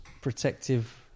protective